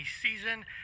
season